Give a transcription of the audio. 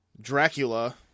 Dracula